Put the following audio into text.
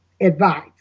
advice